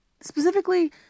specifically